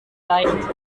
leicht